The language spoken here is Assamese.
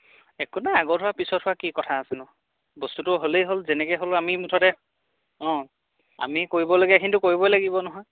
একো নাই আগত হোৱা পিছত হোৱা কি কথা আছেনো বস্তুটো হ'লেই হ'ল যেনেকৈ হ'লেও আমি মুঠতে অঁ আমি কৰিবলগীয়াখিনি কিন্তু কৰিবই লাগিব নহয়